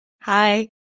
Hi